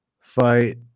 fight